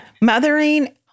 mothering